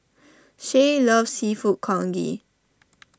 Shay loves Seafood Congee